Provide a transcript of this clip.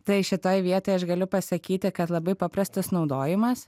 tai šitoj vietoj aš galiu pasakyti kad labai paprastas naudojimas